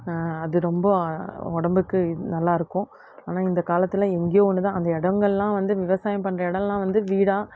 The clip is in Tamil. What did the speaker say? அது ரொம்ப உடம்புக்கு நல்லாயிருக்கும் ஆனால் இந்த காலத்தில் எங்கேயோ ஒன்று தான் அந்த இடங்கள்லாம் வந்து விவசாயம் பண்ணுற இடம்லாம் வந்து வீடாக